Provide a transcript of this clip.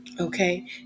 Okay